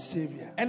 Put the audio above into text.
Savior